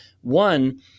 One